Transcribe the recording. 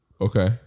Okay